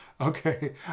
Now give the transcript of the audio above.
Okay